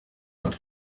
not